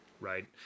Right